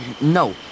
no